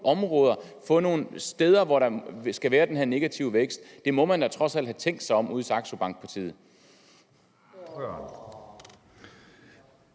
og steder, hvor der skal være den her negative vækst? Det må man da trods alt have tænkt på i Saxo Bank-partiet.